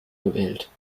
gewählt